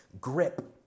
grip